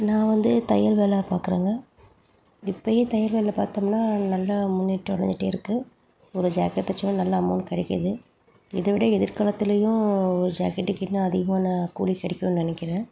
நான் வந்து தையல் வேலை பார்க்குறேங்க இப்போயே தையல் வேலை பார்த்தோம்னா நல்லா முன்னேற்றம் அடைஞ்சிட்டே இருக்குது ஒரு ஜாக்கெட் தைச்சோம்னா நல்லா அமௌண்ட் கிடைக்கிது இதை விட எதிர்காலத்துலையும் ஒரு ஜாக்கெட்டுக்கு இன்னும் அதிகமான கூலி கிடைக்கும்னு நினக்கிறேன்